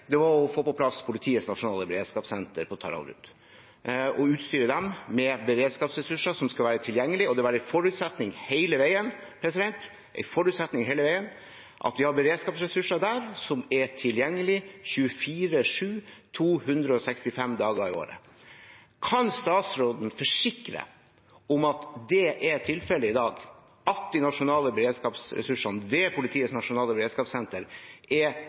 å få på plass Politiets nasjonale beredskapssenter på Taraldrud og utstyre dem med beredskapsressurser som skal være tilgjengelige. Det var en forutsetning hele veien – hele veien – at vi har beredskapsressurser der som er tilgjengelige 24-7, 365 dager i året. Kan statsråden forsikre oss om at det er tilfelle i dag, at de nasjonale beredskapsressursene ved Politiets nasjonale beredskapssenter er